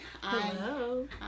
Hello